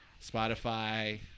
Spotify